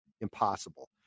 impossible